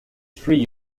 free